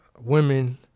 women